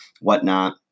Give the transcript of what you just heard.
whatnot